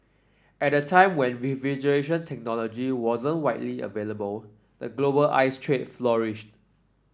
at a time when refrigeration technology wasn't widely available the global ice trade flourished